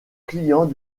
clients